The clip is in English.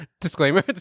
Disclaimer